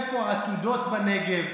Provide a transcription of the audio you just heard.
איפה העתודות בנגב?